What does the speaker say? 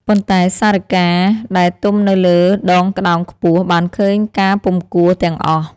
ប៉ុន្តែ សារិកាដែលទំនៅលើដងក្ដោងខ្ពស់ បានឃើញការពុំគួរ ទាំងអស់ ។